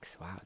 Wow